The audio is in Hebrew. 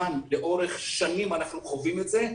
לאורך שנים אנחנו חווים את זה.